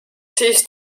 siis